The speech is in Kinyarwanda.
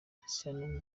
cristiano